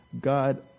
God